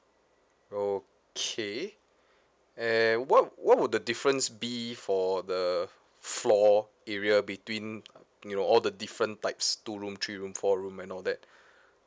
okay and what what would the difference be for the floor area between you know all the different types two room three room four room and all that